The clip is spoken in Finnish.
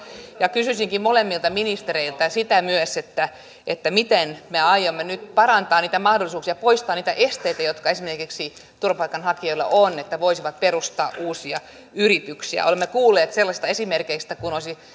kysyisinkin molemmilta ministereiltä sitä myös miten me aiomme nyt parantaa niitä mahdollisuuksia poistaa niitä esteitä joita esimerkiksi turvapaikanhakijoilla on että voisivat perustaa uusia yrityksiä olemme kuulleet sellaisista esimerkeistä että kun